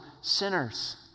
sinners